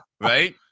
right